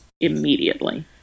immediately